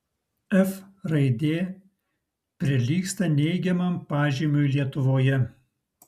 f raidė prilygsta neigiamam pažymiui lietuvoje